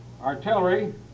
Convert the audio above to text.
artillery